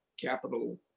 capital